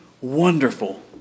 wonderful